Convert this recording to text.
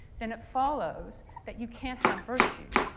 then it follows that you can't have virtue.